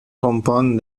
compon